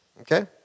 okay